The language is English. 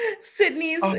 Sydney's